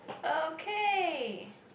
okay